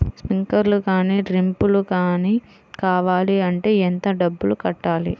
Sprinkler కానీ డ్రిప్లు కాని కావాలి అంటే ఎంత డబ్బులు కట్టాలి?